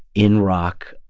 in rockabilly,